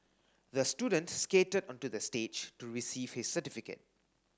the student skated onto the stage to receive his certificate